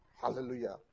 hallelujah